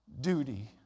duty